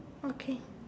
okay